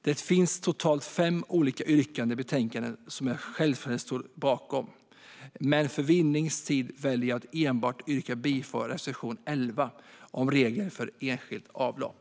Det finns totalt fem olika yrkanden i betänkandet som jag självfallet står bakom, men för att tids vinnande väljer jag att enbart yrka bifall till reservation 11 om regler för enskilda avlopp.